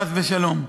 חס ושלום.